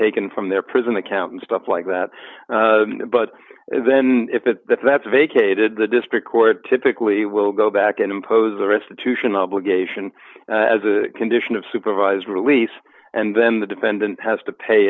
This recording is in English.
taken from their prison account and stuff like that but then if it that's vacated the district court typically will go back and impose a restitution obligation as a condition of supervised release and then the defendant has to pay